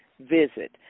visit